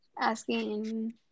asking